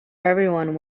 everyone